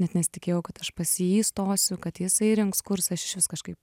net nesitikėjau kad aš pas jį įstosiu kad jisai rinks kursą aš išvis kažkaip